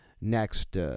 next